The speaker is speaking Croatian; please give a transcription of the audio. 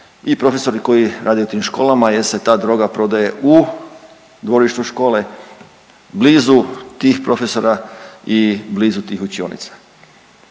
i profesori koji rade u tim školama jer se ta droga prodaje u dvorištu škole, blizu tih profesora i blizu tih učionica.